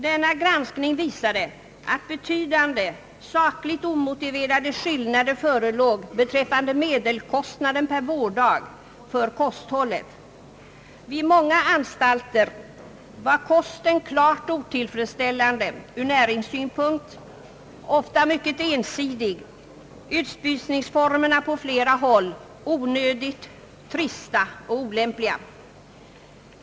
Denna granskning visade att betydande, sakligt omotiverade skillnader förelåg beträffande medelkostnaden för kosthållet per vårddag. Vid många anstalter var kosten klart otillfredsställande ur näringssynpunkt, ofta mycket ensidig. Utspisningsformerna var på flera håll onödigt trista och olämpliga.